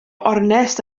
ornest